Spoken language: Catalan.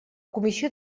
comissió